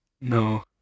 No